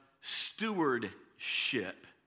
stewardship